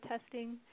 testing